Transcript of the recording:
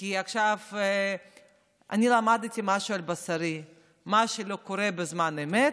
כי עכשיו אני למדתי משהו על בשרי: מה שלא קורה בזמן אמת,